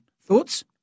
Thoughts